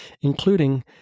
including